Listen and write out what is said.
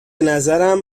نظرم